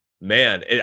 Man